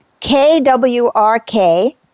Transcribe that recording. KWRK